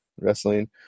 wrestling